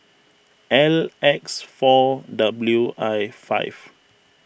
L X four W I five